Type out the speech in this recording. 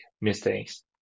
mistakes